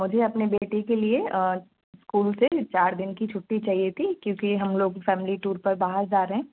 मुझे अपने बेटे के लिए इस्कूल से चार दिन की छुट्टी चाहिए थी क्योंकि हम लोग फैमिली टूर पर बाहर जा रहे हैं